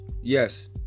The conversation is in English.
Yes